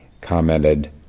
commented